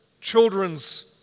children's